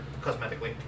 cosmetically